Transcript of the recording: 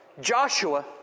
Joshua